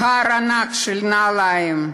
הר ענק של נעליים,